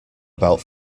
about